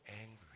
angry